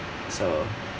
so